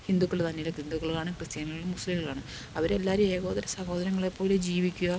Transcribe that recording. ഹിന്ദുക്കൾള് തന്നേലും ഹിന്ദുക്കള് കാണും ക്രിസ്ത്യാനികളും മുസ്ലീങ്ങളും കാണും അവരെല്ലാരും ഏകോദര സഹോദരങ്ങളെപ്പോലെ ജീവിക്കുകയാണ്